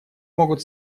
могут